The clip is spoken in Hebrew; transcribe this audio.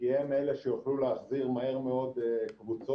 כי הם אלה שיוכלו להחזיר מהר מאוד קבוצות.